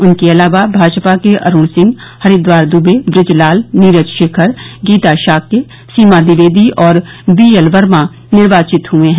उनके अलावा भाजपा के अरूण सिंह हरिद्वार दुबे बृज लाल नीरज शेखर गीता शाक्य सीमा ट्विवेदी और बीएल वर्मा निर्वाचित हुये हैं